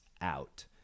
out